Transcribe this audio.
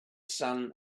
sun